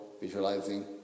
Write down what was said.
visualizing